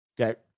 Okay